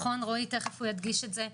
תכף רועי ידגיש את זה,